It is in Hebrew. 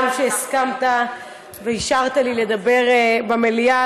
גם על שהסכמת ואישרת לי לדבר במליאה,